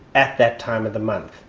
at that time of the month.